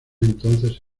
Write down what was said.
entonces